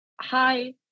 hi